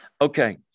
Okay